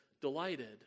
delighted